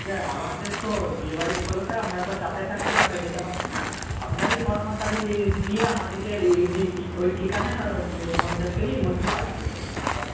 আমাদের তো বিয়ে বাড়ি উপলক্ষে আমরা তো চাপে থাকছি তাহলে যেতে পারছি না আপনারই কর্মচারী দিয়ে আমাদের কে ওই ঠিকানায় ওই পঞ্চাশ কেজি মুরগি পাঠিয়ে দেবেন আপনি